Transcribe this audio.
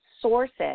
sources